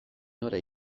nora